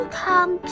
come